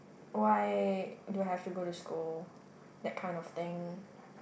why do I have to go to school that kind of thing